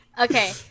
Okay